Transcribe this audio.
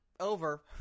over